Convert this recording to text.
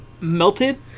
melted